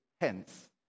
hence